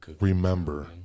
remember